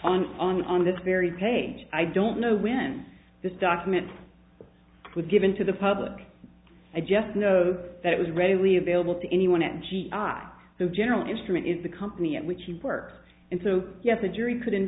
on on on this very page i don't know when this document was given to the public i just know that it was readily available to anyone at g i who general instrument in the company at which he works and so yes the jury could in